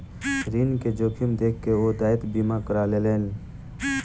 ऋण के जोखिम देख के ओ दायित्व बीमा करा लेलैन